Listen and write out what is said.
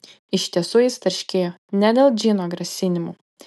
iš tiesų jis tarškėjo ne dėl džino grasinimų